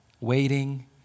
waiting